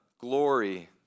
glory